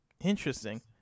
Interesting